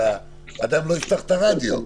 אלא אדם לא יפתח את הרדיו.